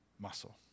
muscle